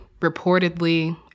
reportedly